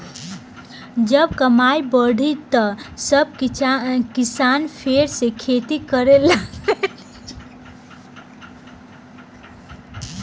जब कमाई बढ़ी त सब किसान फेर से खेती करे लगिहन